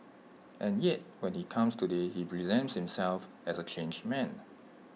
and yet when he comes today he presents himself as A changed man